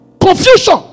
confusion